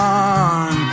on